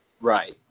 Right